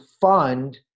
fund